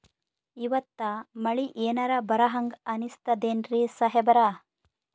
ಇವತ್ತ ಮಳಿ ಎನರೆ ಬರಹಂಗ ಅನಿಸ್ತದೆನ್ರಿ ಸಾಹೇಬರ?